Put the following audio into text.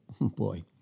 boy